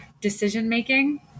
decision-making